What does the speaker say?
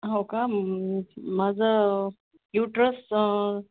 हो का माझं युटरस